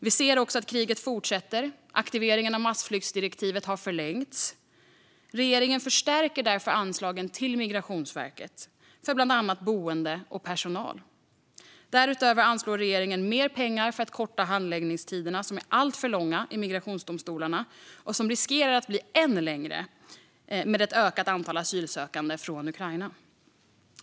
Vi ser också att kriget fortsätter. Aktiveringen av massflyktsdirektivet har förlängts. Regeringen förstärker därför anslagen till Migrationsverket för bland annat boende och personal. Därutöver anslår regeringen mer pengar för att korta handläggningstiderna, som är alltför långa i migrationsdomstolarna och som riskerar att bli än längre med ett ökat antal asylsökande från Ukraina.